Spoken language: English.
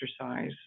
exercise